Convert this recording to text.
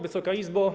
Wysoka Izbo!